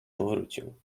powrócił